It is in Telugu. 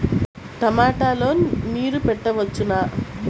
టమాట లో నీరు పెట్టవచ్చునా?